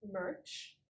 merch